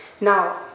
Now